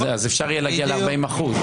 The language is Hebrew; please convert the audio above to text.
אפשר יהיה להגיע ל-40%.